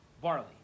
barley